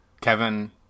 Kevin